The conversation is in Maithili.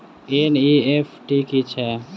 एन.ई.एफ.टी की छीयै?